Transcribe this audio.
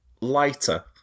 lighter